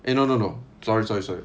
eh no no no sorry sorry sorry